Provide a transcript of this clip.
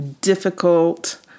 difficult